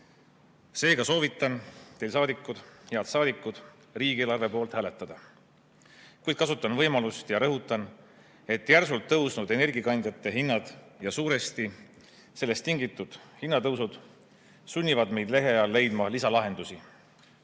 Seega soovitan teil, head saadikud, riigieelarve poolt hääletada. Kuid kasutan võimalust ja rõhutan, et järsult tõusnud energiakandjate hinnad ja suuresti sellest tingitud hinnatõusud sunnivad meid lähiajal leidma lisalahendusi.